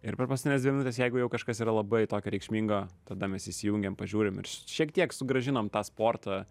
ir per paskutines dvi minutes jeigu jau kažkas yra labai tokio reikšmingo tada mes įsijungėm pažiūrim ir šiek tiek sugrąžinom tą sportą